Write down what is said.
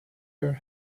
your